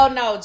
no